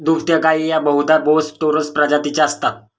दुभत्या गायी या बहुधा बोस टोरस प्रजातीच्या असतात